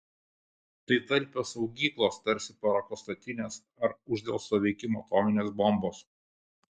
tai talpios saugyklos tarsi parako statinės ar uždelsto veikimo atominės bombos